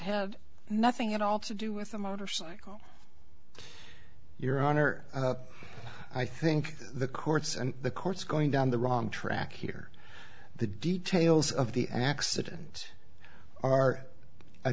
e nothing at all to do with the motorcycle your honor i think the courts and the courts going down the wrong track here the details of the accident are a